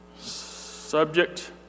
Subject